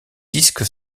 disque